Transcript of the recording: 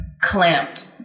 clamped